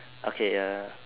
okay uh